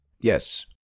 Yes